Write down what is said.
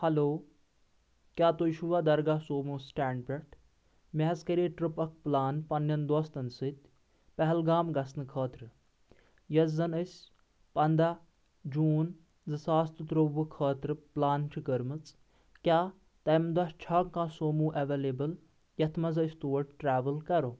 hello کیاہ تُہۍ چھِوا درگاہ سومو سٹینڈ پٮ۪ٹھ مےٚ حظ کرے ٹرِپ اکھ پلان پننٮ۪ن دوستن سۭتۍ پہلگام گژھنہٕ خٲطرٕ یۄس زن اسہِ پنٛدہ جوٗن زٕ ساس تہٕ تٕرووُہ خٲطرٕ پٕلان چھِ کٔرمٕژ کیٛاہ تمہِ دۄہ چھا کانٛہہ سومو اٮ۪ویلیبٕل یتھ منٛز أسۍ تور ٹریوٕل کرو